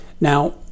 Now